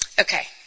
Okay